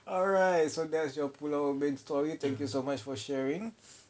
alright so that's your pulau ubin story thank you so almost for sharing